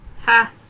Ha